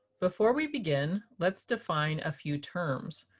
before we begin, let's define a few terms.